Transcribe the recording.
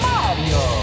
Mario